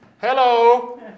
Hello